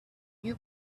you